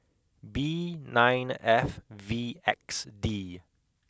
B nine F V X D